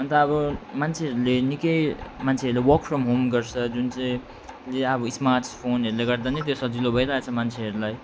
अन्त अब मान्छेहरूले निकै मान्छेहरूले वर्क फ्रम होम गर्छ जुन चाहिँले अब स्मार्टफोनहरूले गर्दा नै त्यस्तो सजिलो भइरहेछ मान्छेहरूलाई